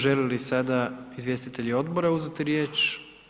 Žele li sada izvjestitelji odbora uzeti riječ?